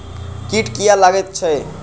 कीट किये लगैत छै?